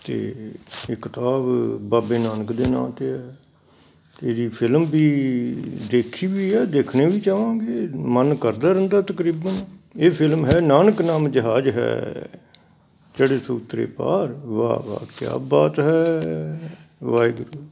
ਅਤੇ ਇਹ ਕਿਤਾਬ ਬਾਬੇ ਨਾਨਕ ਦੇ ਨਾਂ 'ਤੇ ਹੈ ਅਤੇ ਇਹਦੀ ਫਿਲਮ ਵੀ ਦੇਖੀ ਵੀ ਹੈ ਦੇਖਣੀ ਵੀ ਚਾਹਵਾਂਗੇ ਮਨ ਕਰਦਾ ਰਹਿੰਦਾ ਤਕਰੀਬਨ ਇਹ ਫਿਲਮ ਹੈ ਨਾਨਕ ਨਾਮ ਜਹਾਜ ਹੈ ਚੜੇ ਸੋ ਉੱਤਰੇ ਪਾਰ ਵਾਹ ਵਾਹ ਕਿਆ ਬਾਤ ਹੈ ਵਾਹਿਗੁਰੂ